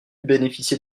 bénéficié